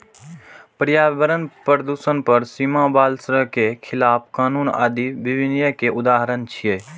पर्यावरण प्रदूषण पर सीमा, बाल श्रम के खिलाफ कानून आदि विनियम के उदाहरण छियै